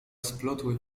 splotły